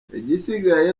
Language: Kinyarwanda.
igisigaye